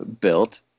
built